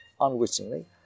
unwittingly